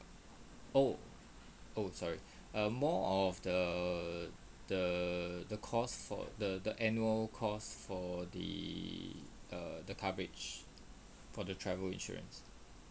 oh oh sorry err more of the the the cost for the the annual cost for the err the coverage for the travel insurance